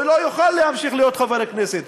הוא לא יוכל להמשיך להיות חבר כנסת.